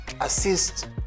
assist